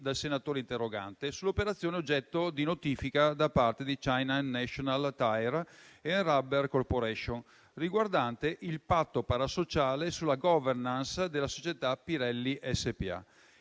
dal senatore interrogante sull'operazione oggetto di notifica da parte di China National Tire & Rubber Corporation, riguardante il patto parasociale sulla *governance* della società Pirelli SpA.